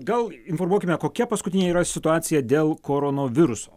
gal informuokime kokia paskutinė yra situacija dėl koronoviruso